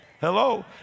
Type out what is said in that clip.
Hello